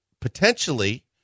potentially